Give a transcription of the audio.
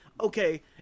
okay